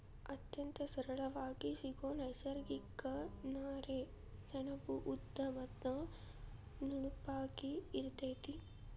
ಅತ್ಯಂತ ಸರಳಾಗಿ ಸಿಗು ನೈಸರ್ಗಿಕ ನಾರೇ ಸೆಣಬು ಉದ್ದ ಮತ್ತ ನುಣುಪಾಗಿ ಇರತತಿ